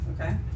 Okay